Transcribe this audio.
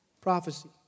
prophecy